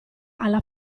alla